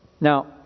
Now